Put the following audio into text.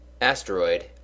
Asteroid